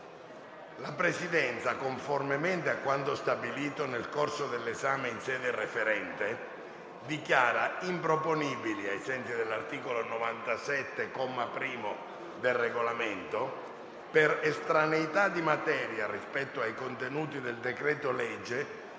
La Presidenza, conformemente a quanto riferito nel corso dell'esame in sede referente, dichiara improponibili, ai sensi dell'articolo 97, comma 1, del Regolamento, per estraneità di materia rispetto ai contenuti del decreto-legge,